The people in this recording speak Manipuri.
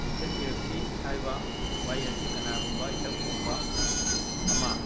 ꯂꯦꯡꯁꯤꯟꯕꯤꯔꯛꯁꯤ ꯍꯥꯏꯕ ꯋꯥꯍꯩ ꯑꯁꯤ ꯀꯅꯥꯒꯨꯝꯕ ꯏꯊꯛ ꯊꯣꯡꯕ ꯑꯃ